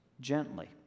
gently